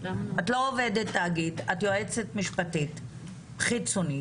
את לא עובדת תאגיד, את יועצת משפטית חיצונית.